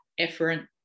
efferent